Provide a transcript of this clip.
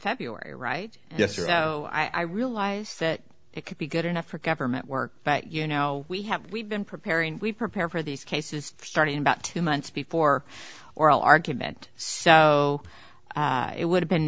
february right yes or so i realized that it could be good enough for government work but you know we have we've been preparing we prepare for these cases starting about two months before oral argument so it would have been